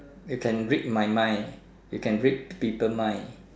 you can read my mind you can read people mind